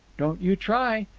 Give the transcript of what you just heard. don't you try!